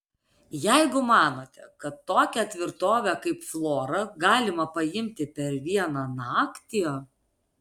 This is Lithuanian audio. jeigu manote kad tokią tvirtovę kaip flora galima paimti per vieną naktį